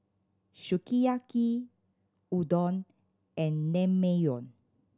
Sukiyaki Udon and Naengmyeon